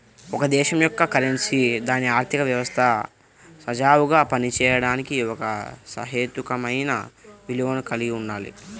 ఒక దేశం యొక్క కరెన్సీ దాని ఆర్థిక వ్యవస్థ సజావుగా పనిచేయడానికి ఒక సహేతుకమైన విలువను కలిగి ఉండాలి